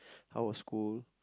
how was school